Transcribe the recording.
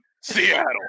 Seattle